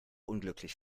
unglücklich